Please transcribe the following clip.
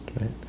right